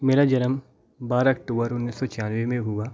मेरा जन्म बारह अक्टूबर उन्नीस सौ छियानवे में हुआ